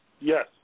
Yes